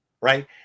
right